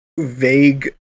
vague